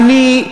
אני,